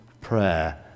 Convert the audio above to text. prayer